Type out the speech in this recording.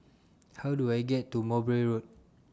How Do I get to Mowbray Road